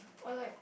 or like